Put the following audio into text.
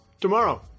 tomorrow